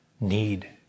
need